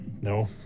No